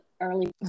early